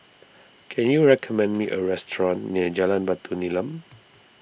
can you recommend me a restaurant near Jalan Batu Nilam